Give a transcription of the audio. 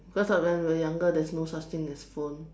cause when we are younger there is no such thing as phone